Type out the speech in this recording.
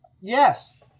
Yes